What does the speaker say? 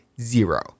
Zero